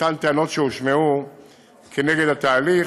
אותן טענות שהושמעו נגד התהליך.